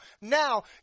now